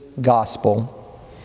Gospel